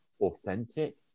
authentic